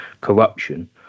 corruption